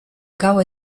gau